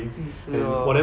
就是 lor